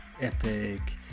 Epic